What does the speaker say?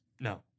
no